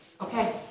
Okay